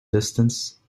distance